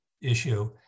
issue